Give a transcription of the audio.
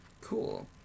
Cool